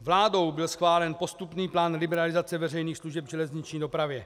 Vládou byl schválen postupný plán liberalizace veřejných služeb v železniční dopravě.